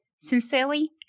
Sincerely